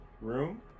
room